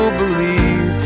believe